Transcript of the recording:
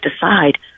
decide